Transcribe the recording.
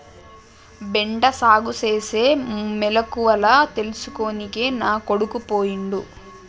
బెండ సాగుసేనే మెలకువల తెల్సుకోనికే నా కొడుకు పోయిండు